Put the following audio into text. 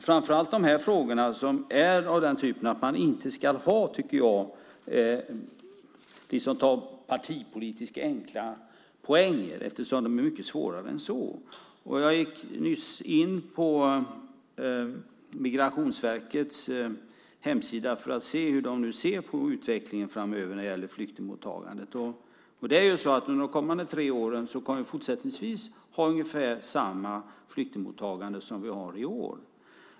Framför allt i de här frågorna ska man inte ta partipolitiskt enkla poänger, eftersom de är mycket svårare än så. Jag gick nyss in på Migrationsverkets hemsida för att se hur man nu ser på utvecklingen framöver när det gäller flyktingmottagandet. De kommande tre åren kommer vi att ha ungefär samma flyktingmottagande som vi har i år.